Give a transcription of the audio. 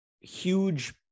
huge